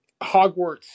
Hogwarts